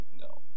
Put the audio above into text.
No